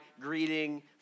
greeting